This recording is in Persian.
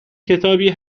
کتابی